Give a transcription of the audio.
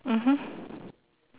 mmhmm